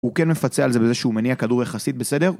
הוא כן מפצה על זה, בזה שהוא מניע כדור יחסית בסדר.